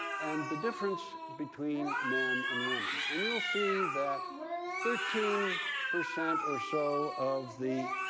and the difference between men and women. and you'll see that thirteen percent or so of the